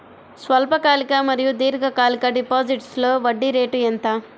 స్వల్పకాలిక మరియు దీర్ఘకాలిక డిపోజిట్స్లో వడ్డీ రేటు ఎంత?